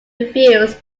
reviews